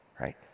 right